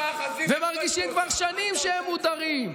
במאחזים, ומרגישים כבר שנים שהם מודרים.